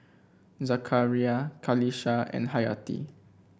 Zakaria Qalisha and Hayati